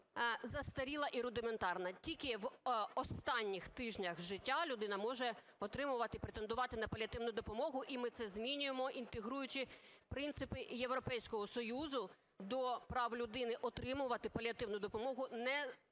застаріла і рудиментарна, тільки в останніх тижнях життя людина може отримувати і претендувати на паліативну допомогу. І ми це змінюємо, інтегруючи принципи і Європейського Союзу до прав людини отримувати паліативну допомогу, незважаючи